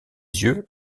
yeux